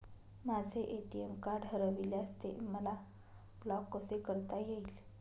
माझे ATM card हरविल्यास ते मला ब्लॉक कसे करता येईल?